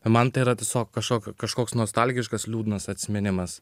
man tai yra tiesiog kažkoks kažkoks nostalgiškas liūdnas atsiminimas